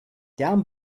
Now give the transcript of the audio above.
down